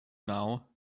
now